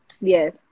Yes